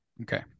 okay